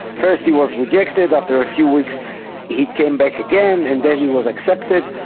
first he was rejected. after a few weeks he came back again and then he was accepted,